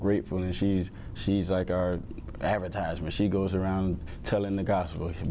grateful and she's she's like our advertisement she goes around telling the gospel